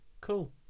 cool